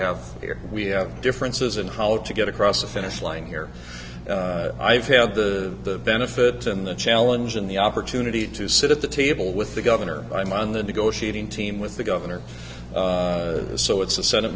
have here we have differences in how to get across the finish line here i've had the benefit and the challenge and the opportunity to sit at the table with the governor i'm on the negotiating team with the governor so it's the senate